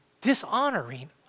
dishonoring